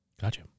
Gotcha